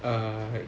err